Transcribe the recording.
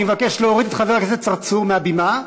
אני מבקש להוריד את חבר הכנסת צרצור מהבימה.